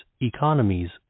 economies